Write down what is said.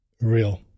Real